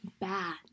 bad